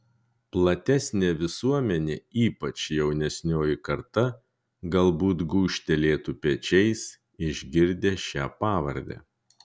platesnė visuomenė ypač jaunesnioji karta galbūt gūžtelėtų pečiais išgirdę šią pavardę